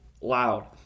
loud